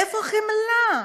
איפה החמלה?